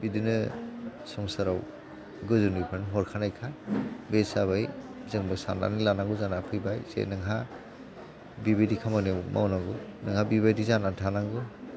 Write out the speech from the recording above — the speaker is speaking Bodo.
बिदिनो संसाराव गोजौनिफ्रायनो हरखानायखा बे हिसाबै जोंबो साननानै लानांगौ जानानै फैबाय जे नोंहा बेबायदि खामानि मावनांगौ नोंहा बेबायदि जानानै थानांगौ